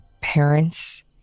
parents